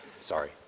Sorry